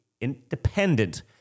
independent